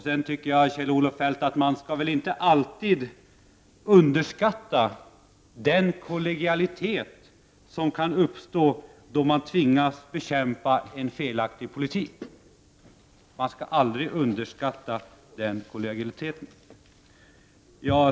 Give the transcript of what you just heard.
Sedan tycker jag, Kjell-Olof Feldt, att man inte skall underskatta den kollegialitet som kan uppstå då man tvingas bekämpa en felaktig politik.